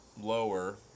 lower